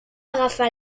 agafar